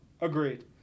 Agreed